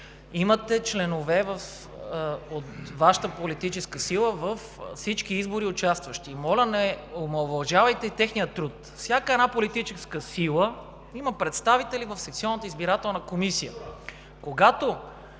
членове от Вашата политическа сила във всички избори. Моля, не омаловажавайте техния труд. Всяка една политическа сила има представители в секционната избирателна комисия.